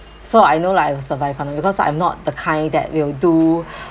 so I know like I will survive on because I'm not the kind that will do